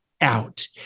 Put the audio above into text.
out